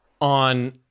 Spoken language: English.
on